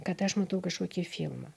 kad aš matau kažkokį filmą